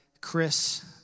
Chris